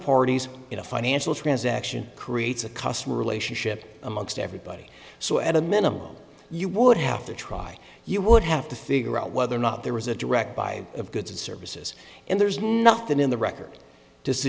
parties in a financial transaction creates a customer relationship amongst everybody so at a minimum you would have to try you would have to figure out whether or not there was a direct buy of goods and services and there's nothing in the record